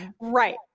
Right